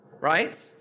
right